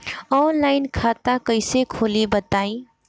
Online खाता कइसे खोली बताई?